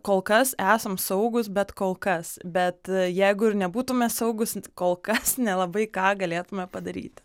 kol kas esam saugūs bet kol kas bet jeigu ir nebūtume saugūs kol kas nelabai ką galėtume padaryti